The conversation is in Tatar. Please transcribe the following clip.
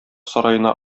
сараена